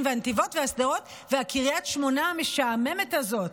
ונתיבות ושדרות וקריית שמונה המשעממת הזאת,